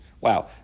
Wow